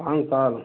पान साल